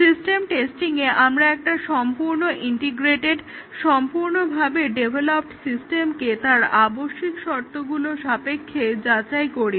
system টেস্টিংয়ে আমরা একটা সম্পূর্ণভাবে ইন্টিগ্রেটেড সম্পূর্ণভাবে ডেভেলপড্ সিস্টেমকে তার আবশ্যিক শর্তগুলোর সাপেক্ষে যাচাই করি